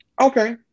Okay